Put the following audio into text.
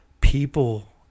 People